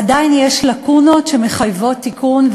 עדיין יש לקונות שמחייבות תיקון.